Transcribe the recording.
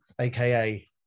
aka